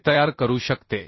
कसे तयार करू शकते